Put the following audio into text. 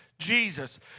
Jesus